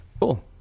cool